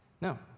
No